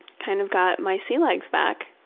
kind of got my sea legs back.